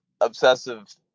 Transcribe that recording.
obsessive